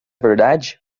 verdade